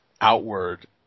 outward